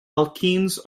alkenes